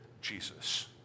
Jesus